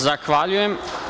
Zahvaljujem.